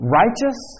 righteous